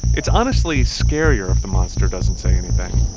it's honestly scarier if the monster doesn't say anything.